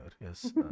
yes